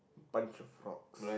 bunch of frogs